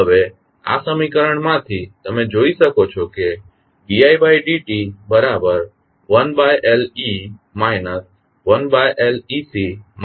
હવે આ સમીકરણમાંથી તમે જોઈ શકો છો કે d id t1Let 1Lec RLi